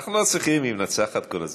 אנחנו לא צריכים, היא מנצחת כל הזמן.